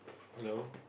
hello